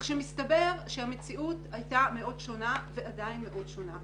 כך שמסתבר שהמציאות הייתה שונה מאוד ועדיין מאוד שונה.